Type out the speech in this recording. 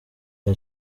rya